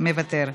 מוותר,